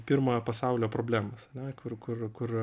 pirmojo pasaulio problemos ne kur kur kur